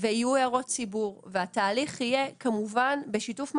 ויהיו הערות ציבור והתהליך יהיה כמובן בשיתוף מלא.